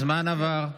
הזמן עבר.